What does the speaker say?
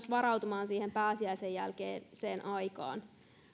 varautumaan myös siihen pääsiäisen jälkeiseen aikaan